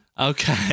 Okay